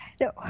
No